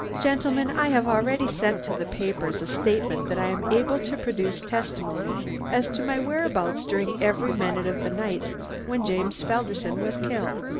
gentlemen, i have already sent to the papers a statement that i am able to produce testimony as to my whereabouts during every minute of the night when james felderson was killed.